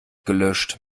gelöscht